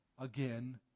again